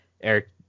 eric